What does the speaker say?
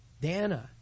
Dana